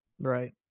Right